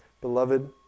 Beloved